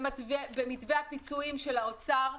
במתווה הפיצויים של משרד האוצר.